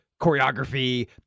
choreography